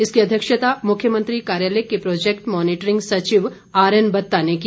इसकी अध्यक्षता मुख्यमंत्री कार्यालय के प्रोजेक्ट मोनिटरिंग सचिव आरएन बत्ता ने की